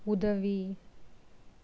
உதவி